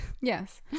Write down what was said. yes